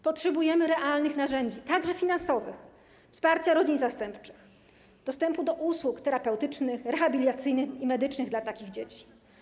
Potrzebujemy realnych narzędzi, także finansowych, wsparcia rodzin zastępczych, dostępu do usług terapeutycznych, rehabilitacyjnych i medycznych dla takich dzieci.